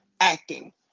acting